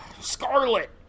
Scarlet